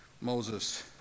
Moses